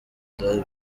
nda